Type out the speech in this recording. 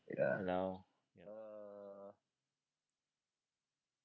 ya lor